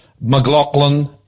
McLaughlin